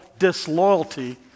Disloyalty